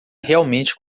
realmente